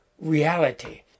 reality